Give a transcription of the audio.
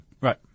Right